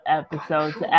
episodes